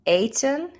eten